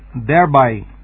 thereby